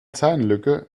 zahnlücke